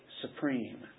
supreme